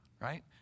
right